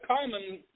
common